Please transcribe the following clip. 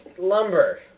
Lumber